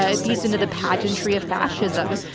ah it feeds into the pageantry of fascism.